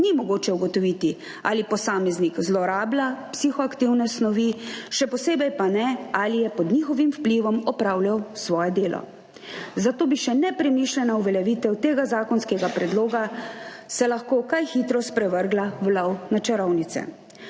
ni mogoče ugotoviti, ali posameznik zlorablja psihoaktivne snovi, še posebej pa ne, ali je pod njihovim vplivom opravljal svoje delo. Zato bi se lahko nepremišljena uveljavitev tega zakonskega predloga kaj hitro sprevrgla v lov na čarovnice.